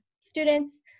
students